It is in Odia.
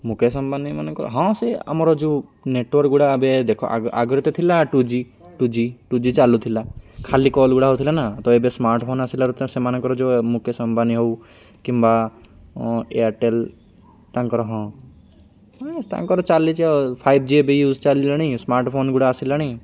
ମୁକେଶ ଅମ୍ବାନୀ ମାନଙ୍କର ହଁ ସେ ଆମର ଯେଉଁ ନେଟୱାର୍କଗୁଡ଼ା ଏବେ ଦେଖ ଆଗରେ ତ ଥିଲା two G two G two G ଚାଲୁଥିଲା ଖାଲି କଲ୍ଗୁଡ଼ା ହଉଥିଲା ନା ତ ଏବେ ସ୍ମାର୍ଟଫୋନ୍ ଆସିଲାରୁ ସେମାନଙ୍କର ଯେଉଁ ମୁକେଶ ଅମ୍ବାନୀ ହଉ କିମ୍ବା ଏୟାରଟେଲ୍ ତାଙ୍କର ହଁ ତାଙ୍କର ଚାଲିଛି ଆଉ ଫାଇଭ୍ ଜି ଏବେ ୟୁଜ୍ ଚାଲିଲାଣି ସ୍ମାର୍ଟଫୋନ୍ ଗୁଡ଼ା ଆସିଲାଣି